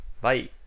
bye